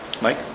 Mike